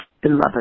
beloved